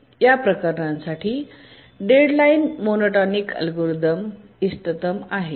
या प्रकरणांसाठी deadline monotonic algorithm इष्टतम आहे